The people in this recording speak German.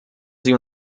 sie